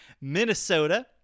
Minnesota